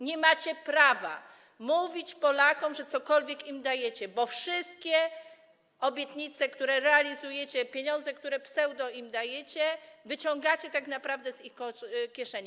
Nie macie prawa mówić Polakom, że cokolwiek im dajecie, bo wszystkie obietnice, które realizujecie, pieniądze, które pseudo im dajecie, wyciągacie tak naprawdę z ich kieszeni.